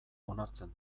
onartzen